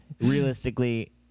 realistically